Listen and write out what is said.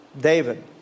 David